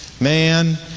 Man